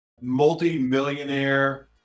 multi-millionaire